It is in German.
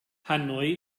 hanoi